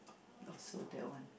also that one